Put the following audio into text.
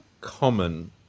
common